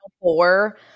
four